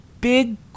big